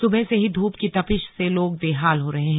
सुबह से ही धूप की तपिश से लोग बेहाल हो रहे हैं